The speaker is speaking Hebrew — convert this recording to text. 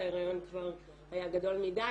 ההריון כבר היה גדול מידיי,